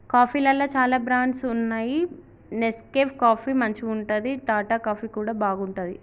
కాఫీలల్ల చాల బ్రాండ్స్ వున్నాయి నెస్కేఫ్ కాఫీ మంచిగుంటది, టాటా కాఫీ కూడా బాగుంటది